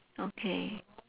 okay